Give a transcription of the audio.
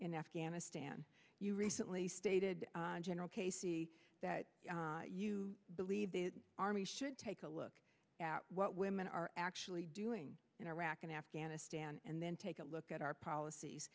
in afghanistan you recently stated general casey that you believe the army should take a look at what women are actually doing in iraq and afghanistan and then take a look at our policies